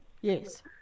Yes